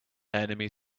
enemy